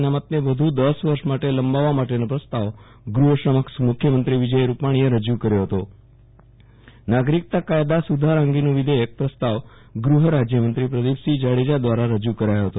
અનામતને દસ વર્ષ માટે લંબાવવા માટેનો પણ પ્રસ્તાવ ગૃહ સમક્ષ મુખ્યમંત્રી વિજય રૂપાણીએ રજુ કર્યો હતો નાગરિકતા કાયદો સુ ધારા અંગેનું વિધેયક પ્રસ્તાવ ગૃહરાજયમંત્રી પ્રદિપસિંહ જાડેજા દ્રારા રજુ કરાયો હતો